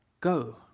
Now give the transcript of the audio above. go